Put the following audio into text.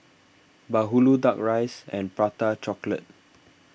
Bahulu Duck Rice and Prata Chocolate